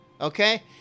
okay